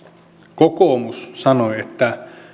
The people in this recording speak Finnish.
kokoomus sanoi että